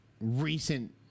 recent